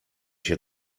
się